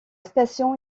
station